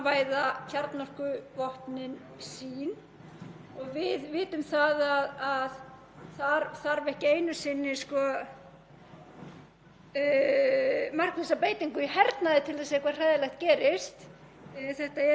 sinni markvissa beitingu í hernaði til þess að eitthvað hræðilegt gerist, þetta eru einfaldlega vopn sem eru geymd mjög nálægt okkur og slys gætu aldeilis valdið miklum skaða.